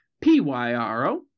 P-Y-R-O